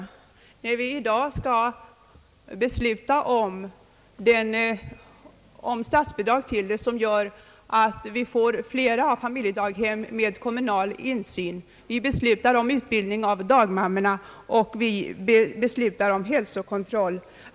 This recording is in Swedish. Vi skall ju i dag fatta beslut om statsbidrag, som innebär att vi får fler familjedaghem med kommunal insyn, utbildning av dagmammorna samt hälsokontroll.